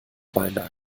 beilagen